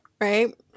right